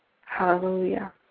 hallelujah